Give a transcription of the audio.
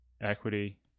equity